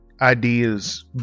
ideas